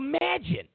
Imagine